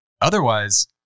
Otherwise